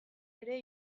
ere